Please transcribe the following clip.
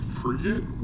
forget